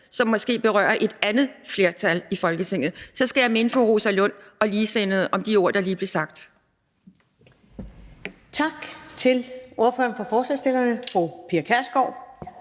som måske berører et andet flertal i Folketinget. Så skal jeg minde fru Rosa Lund og ligesindede om de ord, der lige blev sagt.